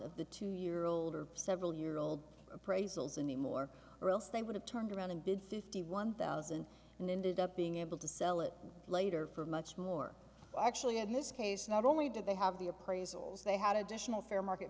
of the two year old or several year old appraisals anymore earle's they would have turned around and bid fifty one thousand and ended up being able to sell it later for much more actually in this case not only did they have the appraisals they had additional fair market